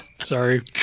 sorry